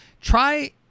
try